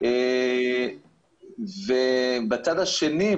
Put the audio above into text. בצד השני,